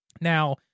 Now